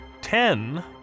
Ten